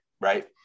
right